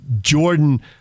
Jordan